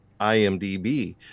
IMDb